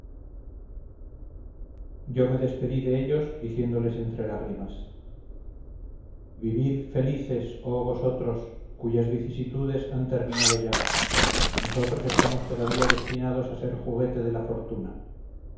yo me despedí de ellos diciéndoles entre lágrimas vivid felices oh vosotros cuyas vicisitudes han terminado ya nosotros estamos todavía destinados a ser juguete de la fortuna